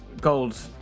Gold